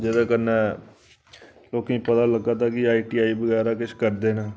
ते जेह्दे कन्नै लोकें ई पता लग्गा दा कि आईटीआई बगैरा किश करदे न